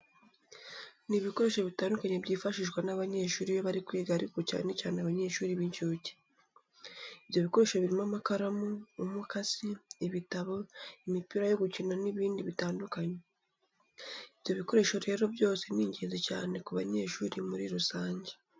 Ni ibikoresho bitandukanye byifashishwa n'abanyeshuri iyo bari kwiga ariko cyane cyane abanyeshuri b'incuke. Ibyo bikoresho birimo amakaramu, umukasi, ibitabo, imipira yo gukina n'ibindi bitandukanye. Ibyo bikoresho rero byose ni ingenzi cyane ku banyeshuri muri rusange.